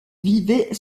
vivait